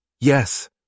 Yes